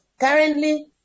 Currently